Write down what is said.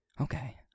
Okay